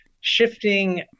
shifting